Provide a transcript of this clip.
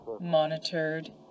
monitored